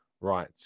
right